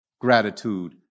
Gratitude